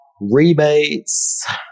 rebates